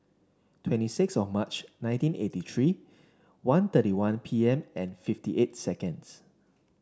twenty six of March nineteen eighty three one thirty one P M and fifty eight seconds